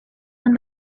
and